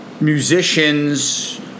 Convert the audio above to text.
musicians